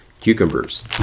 Cucumbers